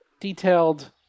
detailed